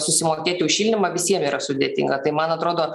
susimokėti už šildymą visiem yra sudėtinga tai man atrodo